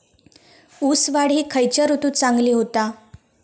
ऊस वाढ ही खयच्या ऋतूत चांगली होता?